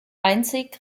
einzig